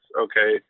okay